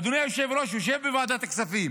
אדוני היושב-ראש יושב בוועדת הכספים